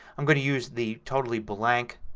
i'm going to use the totally blank